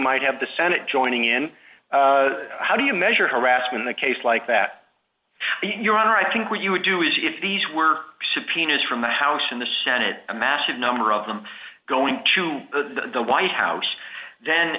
might have the senate joining in how do you measure harassment a case like that your honor i think what you would do is if these were subpoenas from the house in the senate a massive number of them going to the white house then